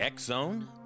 X-Zone